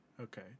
Okay